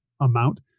amount